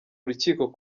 urukiko